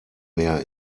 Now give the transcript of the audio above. mehr